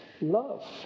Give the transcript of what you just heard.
love